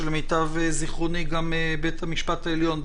כשלמיטב זכרוני גם בית המשפט העליון,